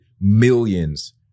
millions